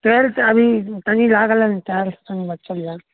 tiles अभी तनी लागल है टाइल्स तनी बचल यऽ